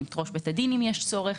את ראש בית הדין אם יש צורך.